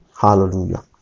Hallelujah